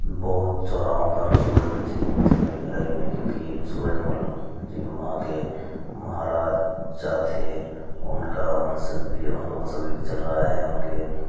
बहुत चौराहों पर सूरजमल जी की मूर्ति लगी हुई है क्योंकि सूरजमल जी वहाँ के महाराजा थे उनका वंशज भी अभी तक चल रहा है उनके